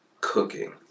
Cooking